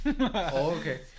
okay